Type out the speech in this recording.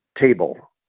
table